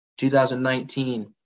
2019